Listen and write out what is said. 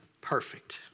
perfect